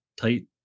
tight